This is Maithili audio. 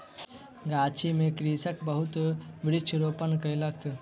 गाछी में कृषक बहुत वृक्ष रोपण कयलक